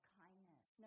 kindness